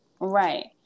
Right